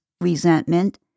resentment